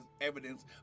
evidence